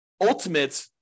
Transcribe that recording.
ultimate